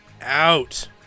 out